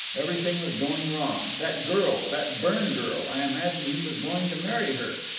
everything was going wrong. that girl, that byrne girl, i imagined he was going to marry her.